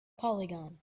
polygon